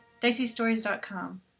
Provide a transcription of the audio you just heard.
diceystories.com